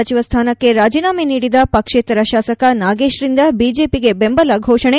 ಸಚಿವ ಸ್ಥಾನಕ್ಕೆ ರಾಜೀನಾಮೆ ನೀಡಿದ ಪಕ್ಷೇತರ ಶಾಸಕ ನಾಗೇಶ್ ರಿಂದ ಬಿಜೆಪಿಗೆ ಬೆಂಬಲ ಘೋಷಣೆ